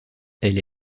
elle